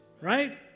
right